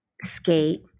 skate –